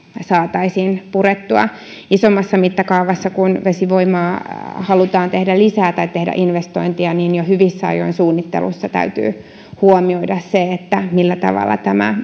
saataisiin purettua isommassa mittakaavassa kun vesivoimaa halutaan tehdä lisää tai halutaan tehdä investointeja jo hyvissä ajoin suunnittelussa täytyy huomioida se millä tavalla tämä